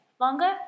Longer